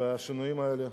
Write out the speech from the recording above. והשינויים האלה?